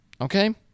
okay